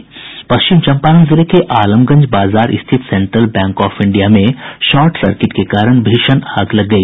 पश्चिम चंपारण जिले के आलमगंज बाजार स्थित सैंट्रल बैंक आफ इंडिया में शॉर्ट सर्किट के कारण भीषण आग लग गई